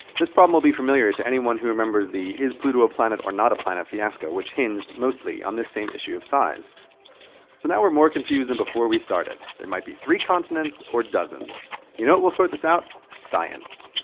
this problem will be familiar to anyone who remembers the is-pluto-a-planet-or-not-a-planet fiasco which hinged mostly on this same issue of size. so now we're more confused than before we started there might be three continents or dozens. you know what will sort this out science!